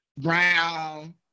Brown